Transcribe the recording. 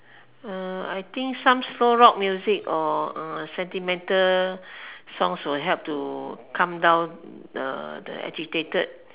uh I think some slow rock music or uh sentimental songs will help to calm down uh the agitated